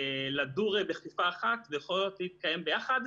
לדור בכפיפה אחת ויכולות להתקיים ביחד.